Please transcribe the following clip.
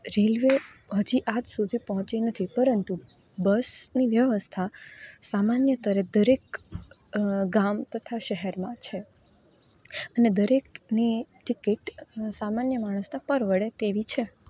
railway હજી આજ સુધી પહોંચી નથી પરંતુ બસની વ્યવસ્થા સામાન્ય સ્તરે દરેક ગામ તથા શહેરમાં છે અને દરેકની ટિકિટ સામાન્ય માણસને પરવડે તેવી છે